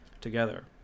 together